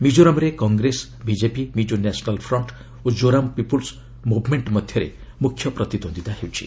ମିକୋରାମ୍ରେ Congress BJP Mizo National Front ଓ Zoram People's Movement ମଧ୍ୟରେ ମୁଖ୍ୟ ପ୍ରତିଦ୍ୱନ୍ଦିତା ହେଉଛି